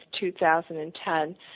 2010